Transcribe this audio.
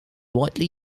widely